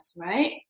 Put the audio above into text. right